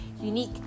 unique